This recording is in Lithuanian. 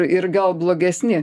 ir gal blogesni